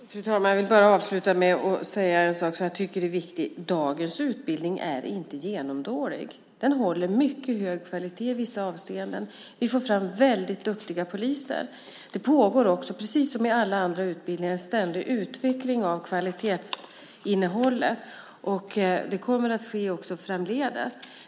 Fru talman! Jag vill bara avsluta med att säga en sak som jag tycker är viktig. Dagens utbildning är inte genomdålig. Den håller mycket hög kvalitet i vissa avseenden. Man får fram väldigt duktiga poliser. Det pågår, precis som i alla andra utbildningar, en ständig utveckling av kvaliteten. Det kommer också att ske framdeles.